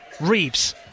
Reeves